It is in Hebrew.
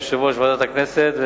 יושב-ראש ועדת הכנסת,